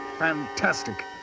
fantastic